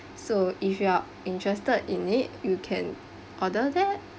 so if you are interested in it you can order that